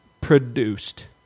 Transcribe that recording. produced